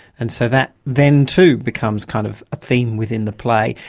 and so that then, too, becomes kind of a theme within the play,